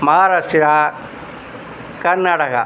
Maharashtra Karnataka